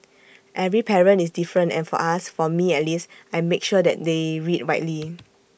every parent is different and for us for me at least I make sure that they read widely